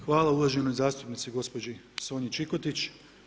Hvala uvaženoj zastupnici gospođi Sonji Čikotić.